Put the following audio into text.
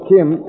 Kim